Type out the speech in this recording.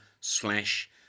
slash